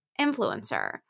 influencer